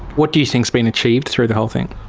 what do you think's been achieved through the whole thing?